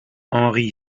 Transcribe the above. henri